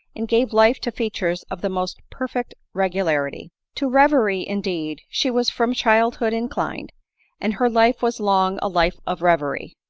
and gave life to features of the most perfect regularity. to reverie, indeed, she was from childhood inclined and her life was long a life of reverie.